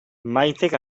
maitek